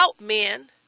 men